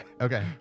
Okay